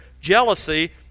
jealousy